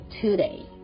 today